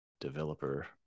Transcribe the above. Developer